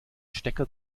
stecker